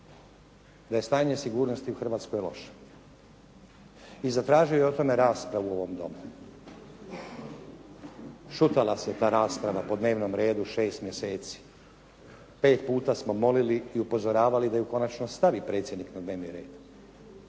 da je stanje sigurnosti u Hrvatskoj loše i zatražili o tome raspravu u ovome Domu. Šutala nas je ta rasprava po dnevnom redu 6 mjeseci. 5 puta smo molili i upozoravali da ju konačno stavi predsjednik na dnevni red,